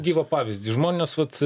gyvą pavyzdį žmonės vat